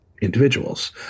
individuals